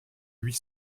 huit